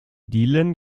dielen